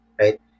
right